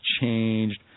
changed